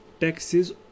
taxes